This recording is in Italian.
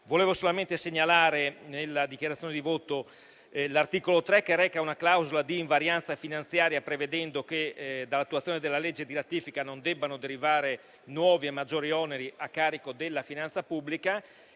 Vorrei solamente segnalare in questa mia dichiarazione di voto l'articolo 3, che reca una clausola di invarianza finanziaria, prevedendo che dall'attuazione della legge di ratifica non debbano derivare nuovi e maggiori oneri a carico della finanza pubblica.